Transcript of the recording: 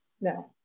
no